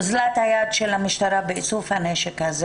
אוזלת היד של המשטרה באיסוף הנשק הזה